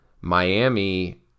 miami